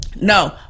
No